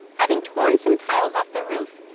having torn some tiles off the roof,